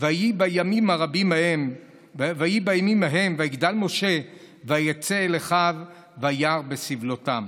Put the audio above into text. "ויהי בימים ההם ויגדל משה ויצא אל אחיו וירא בסבלֹתם".